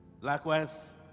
Likewise